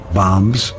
bombs